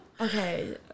Okay